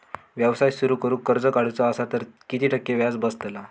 व्यवसाय सुरु करूक कर्ज काढूचा असा तर किती टक्के व्याज बसतला?